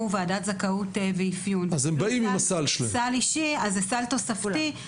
ועדת זכאות ואפיון --- סל אישי אז זה סל תוספתי.